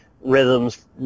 rhythms